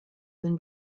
than